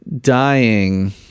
dying